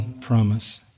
promise